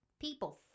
People